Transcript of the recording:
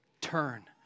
Turn